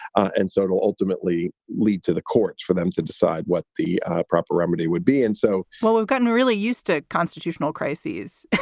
and so it will ultimately lead to the courts for them to decide what the proper remedy would be and so far, we've gotten really used to constitutional crises